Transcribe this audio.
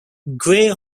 grey